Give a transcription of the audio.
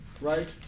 right